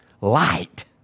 light